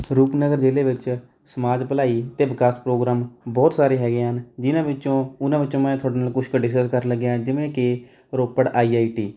ਰੂਪਨਗਰ ਜ਼ਿਲ੍ਹੇ ਵਿੱਚ ਸਮਾਜ ਭਲਾਈ ਅਤੇ ਵਿਕਾਸ ਪ੍ਰੋਗਰਾਮ ਬਹੁਤ ਸਾਰੇ ਹੈਗੇ ਹਨ ਜਿਨ੍ਹਾਂ ਵਿੱਚੋਂ ਉਹਨਾਂ ਵਿੱਚੋਂ ਮੈਂ ਤੁਹਾਡੇ ਨਾਲ ਕੁਛ ਕੁ ਡਿਸਕਸ ਕਰਨ ਲੱਗਿਆ ਜਿਵੇਂ ਕਿ ਰੋਪੜ ਆਈ ਆਈ ਟੀ